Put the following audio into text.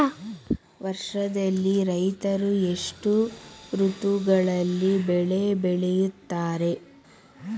ವರ್ಷದಲ್ಲಿ ರೈತರು ಎಷ್ಟು ಋತುಗಳಲ್ಲಿ ಬೆಳೆ ಬೆಳೆಯುತ್ತಾರೆ?